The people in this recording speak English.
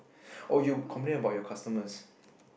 oh you complain about your customers